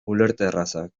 ulerterrazak